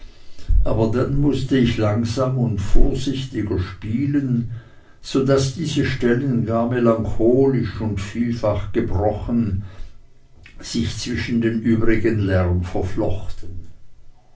aber dann mußte ich langsam und vorsichtiger spielen so daß diese stellen gar melancholisch und vielfach gebrochen sich zwischen den übrigen lärm verflochten